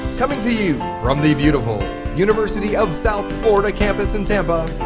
coming to you from the beautiful university of south florida campus in tampa,